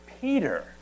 Peter